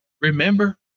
remember